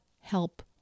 help